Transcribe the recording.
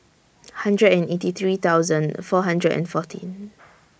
hundred and eighty three thousand four hundred and fourteen